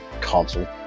console